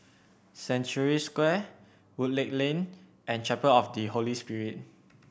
Century Square Woodleigh Lane and Chapel of the Holy Spirit